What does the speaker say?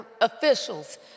officials